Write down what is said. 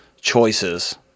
choices